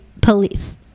police